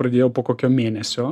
pradėjau po kokio mėnesio